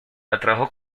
atrajo